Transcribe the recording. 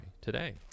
today